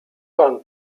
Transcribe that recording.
pan